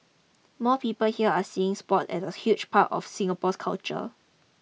more people here are seeing sports as a huge part of Singapore's culture